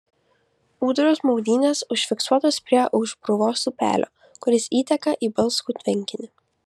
ūdros maudynės užfiksuotos prie aušbruvos upelio kuris įteka į balskų tvenkinį